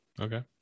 Okay